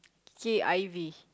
K_I_V